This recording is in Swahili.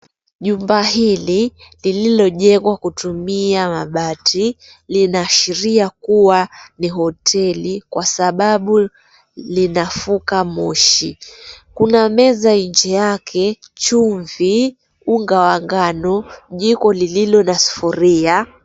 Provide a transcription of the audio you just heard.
Jumba hili lililojengwa kutumia mabati lina ashiria kuwa ni hoteli kwa sababu lina fuka moshi. Kuna meza nje yake chumvi, unga wa ngano, jiko lililo na sufuria.